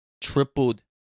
tripled